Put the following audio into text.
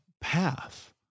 path